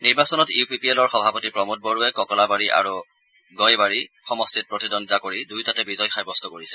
নিবাচনত ইউ পি পি এলৰ সভাপতি প্ৰমোদ বড়োৱে ককলাবাৰী আৰু গয়বাৰী দুটা সমষ্টিত প্ৰতিদ্বন্দ্বিতা কৰি দুয়োটাতে বিজয় সাব্যস্ত কৰিছে